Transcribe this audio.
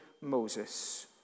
Moses